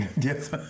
Yes